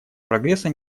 прогресса